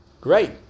Great